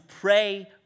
pray